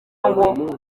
ngo